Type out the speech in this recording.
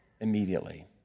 immediately